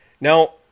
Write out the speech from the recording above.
Now